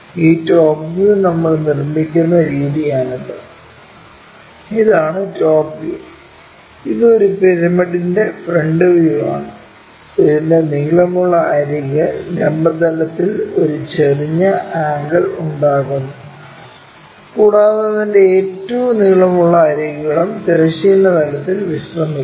ഈ top view നമ്മൾ നിർമ്മിക്കുന്ന രീതിയാണിത് ഇതാണ് ടോപ്പ് വ്യൂ ഇത് ഒരു പിരമിഡിന്റെ ഫ്രണ്ട് വ്യൂ ആണ് ഇതിന്റെ നീളമുള്ള അരിക് ലംബ തലത്തിൽ ഒരു ചെരിഞ്ഞ ആംഗിൾ ഉണ്ടാക്കുന്നു കൂടാതെ അതിൻറെ ഏറ്റവും നീളമുള്ള അരികുകളും തിരശ്ചീന തലത്തിൽ വിശ്രമിക്കുന്നു